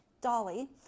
Dolly